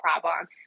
problem